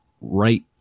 right